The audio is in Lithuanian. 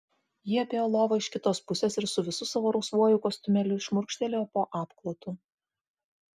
ji apėjo lovą iš kitos pusės ir su visu savo rausvuoju kostiumėliu šmurkštelėjo po apklotu